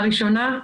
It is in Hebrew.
הראשונה,